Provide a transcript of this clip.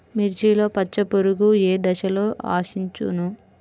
మిర్చిలో పచ్చ పురుగు ఏ దశలో ఆశించును?